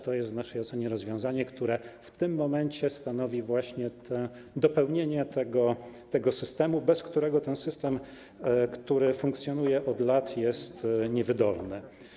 To jest w naszej ocenie rozwiązanie, które w tym momencie stanowi dopełnienie systemu, bez którego ten system, który funkcjonuje od lat, jest niewydolny.